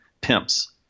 pimps